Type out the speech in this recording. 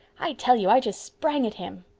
i tell you i just sprang at him.